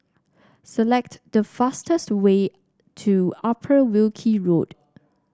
select the fastest way to Upper Wilkie Road